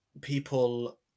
People